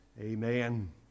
Amen